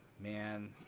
Man